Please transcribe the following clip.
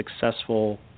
successful